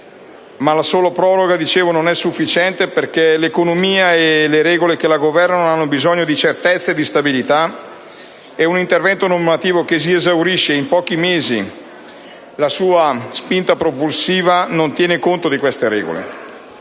La sola proroga non è sufficiente perché l'economia e le regole che la governano hanno bisogno di certezza e di stabilità: un intervento normativo che esaurisce in pochi mesi la sua spinta propulsiva non tiene conto di queste regole.